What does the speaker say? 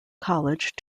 college